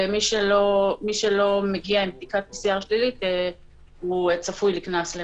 מי שלא מגיע עם בדיקת PCR שלילית צפוי לקנס.